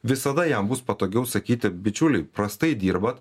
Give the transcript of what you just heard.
visada jam bus patogiau sakyti bičiuliai prastai dirbat